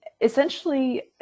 essentially